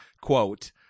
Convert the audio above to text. quote